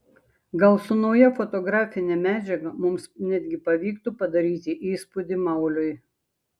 gal su nauja fotografine medžiaga mums netgi pavyktų padaryti įspūdį mauliui